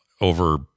over